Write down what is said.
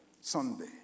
Sunday